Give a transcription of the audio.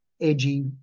edgy